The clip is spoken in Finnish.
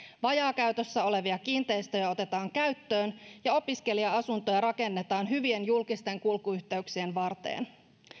vajaakäytössä olevia kiinteistöjä otetaan käyttöön ja opiskelija asuntoja rakennetaan hyvien julkisten kulkuyhteyksien varteen